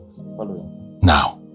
Now